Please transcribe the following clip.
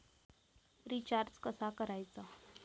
Recharge कसा करायचा?